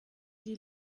die